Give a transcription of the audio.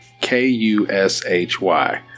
K-U-S-H-Y